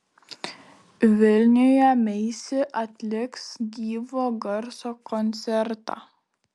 vilniuje meisi atliks gyvo garso koncertą